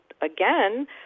again